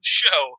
show